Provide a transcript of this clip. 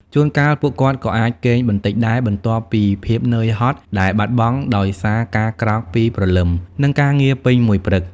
ជួនកាល ពួកគាត់ក៏អាចគេងបន្តិចដែរ បន្ទាប់ពីភាពនឿយហត់ដែលបាត់បង់ដោយសារការក្រោកពីព្រលឹម និងការងារពេញមួយព្រឹក។